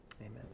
Amen